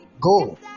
Go